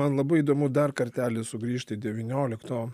man labai įdomu dar kartelį sugrįžti į devyniolikto